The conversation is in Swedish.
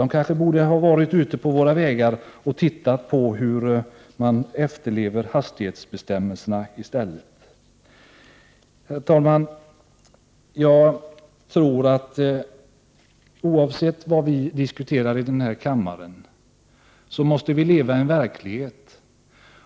I stället borde ju polisen kanske vara ute på vägarna och studera hur hastighetsbestämmelserna efterlevs. Herr talman! Oavsett vad vi diskuterar i denna kammare måste vi leva i verkligheten.